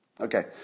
Okay